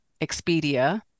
Expedia